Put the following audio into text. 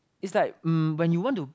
is like um when you want to